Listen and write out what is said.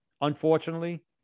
unfortunately